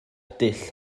dull